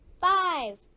five